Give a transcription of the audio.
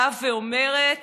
באה ואומרת